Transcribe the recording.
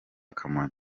kamonyi